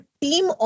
team